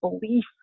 belief